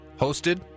Hosted